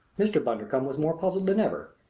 mr. bundercombe was more puzzled than ever.